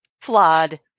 flawed